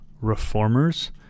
Reformers